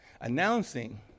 announcing